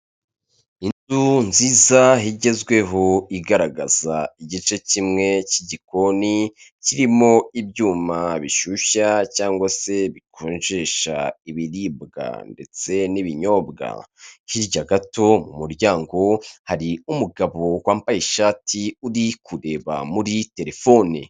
Inzu nziza igezweho igaragaza igice kimwe cy'igikoni, kirimo ibyuma bishyushya cyangwa se bikonjesha ibiribwa ndetse n'ibinyobwa. Hirya gato mu muryango, hari umugabo wambaye ishati, uri kureba muri terefoni.